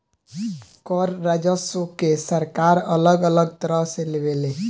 कर राजस्व के सरकार अलग अलग तरह से लेवे ले